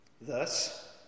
Thus